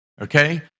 okay